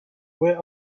where